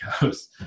goes